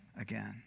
again